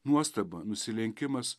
nuostaba nusilenkimas